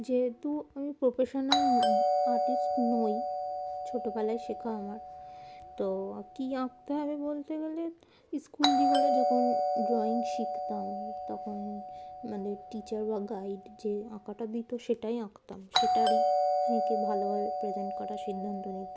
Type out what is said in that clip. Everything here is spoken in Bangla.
যেহেতু আমি প্রফেশনাল আর্টিস্ট নই ছোটোবেলায় শেখা আমার তো কী আঁকতে হবে বলতে গেলে স্কুল দিয়ে যখন ড্রয়িং শিখতাম তখন আমাদের টিচার বা গাইড যে আঁকাটা দিত সেটাই আঁকতাম সেটারই হঁকে ভালোভাবে প্রেজেন্ট করার সিদ্ধান্ত নিতাম